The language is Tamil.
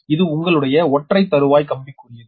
இது உங்களுடைய ஒற்றை தறுவாய் கம்பிக்குரியது